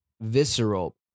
visceral